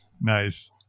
Nice